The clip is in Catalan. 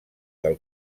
del